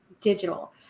digital